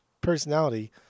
personality